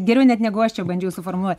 geriau net negu aš čia bandžiau suformuluot